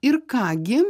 ir ką gi